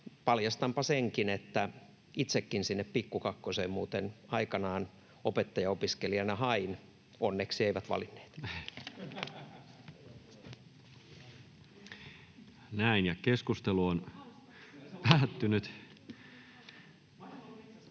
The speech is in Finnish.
paljastanpa senkin, että itsekin sinne Pikku Kakkoseen muuten aikanaan opettajaopiskelijana hain — onneksi eivät valinneet. Lähetekeskustelua varten